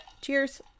Cheers